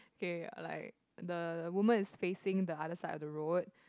K like the women is facing the other side of the road